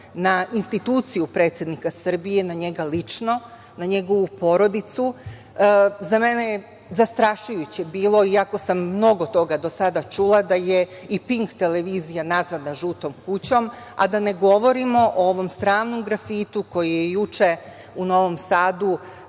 na instituciju predsednika Srbije, na njega lično, na njegovu porodicu.Za mene je zastrašujuće bilo, iako sam mnogo toga do sada čula, da je i Pink televizija nazvana „žutom kućom“, a da ne govorimo o ovom sramnom grafitu koji je juče u Novom Sadu